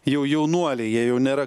jau jaunuoliai jie jau nėra